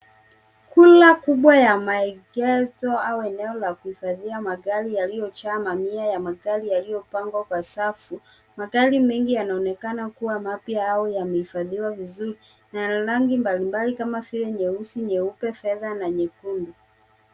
Kunlaa kubwa ya maegezo au eneo la kuhifadhia magari yaliojaa mamia ya magari yaliyopangwa kwa safu. Magari mengi yanaonekana kuwa mapya au yamehifadhiwa vizuri na yana rangi mbalimbali kama vile nyeusi, nyeupe fedha na nyekundu.